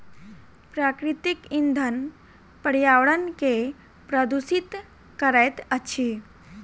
प्राकृतिक इंधन पर्यावरण के प्रदुषित करैत अछि